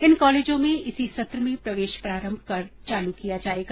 इन कॉलेजों में इसी सत्र में प्रवेश प्रारंभ कर चालू किया जाएगा